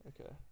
Okay